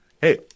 hey